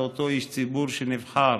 לאותו איש ציבור שנבחר: